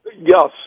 Yes